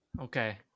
Okay